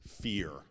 fear